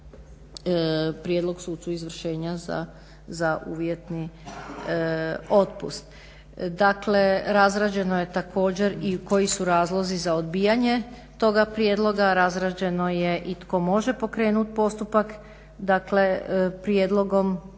prijedlog sucu izvršenja za uvjetni otpust. Dakle, razrađeno je također i koji su razlozi za odbijanje toga prijedloga, razrađeno je i tko može pokrenuti postupak, dakle prijedlogom,